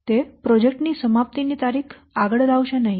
તે પ્રોજેક્ટ ની સમાપ્તિની તારીખ આગળ લાવશે નહીં